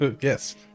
Yes